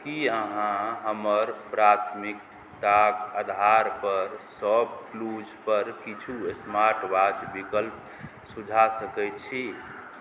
कि अहाँ हमर प्राथमिकताके आधारपर शॉपक्लूजपर किछु इस्मार्ट वॉचके विकल्प सुझा सकै छी